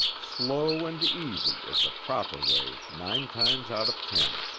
slow and easy is the proper way nine times out of ten.